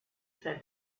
said